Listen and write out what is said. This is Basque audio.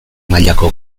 mailako